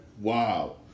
Wow